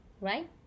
Right